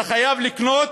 אתה חייב לקנות,